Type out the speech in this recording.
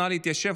נא להתיישב.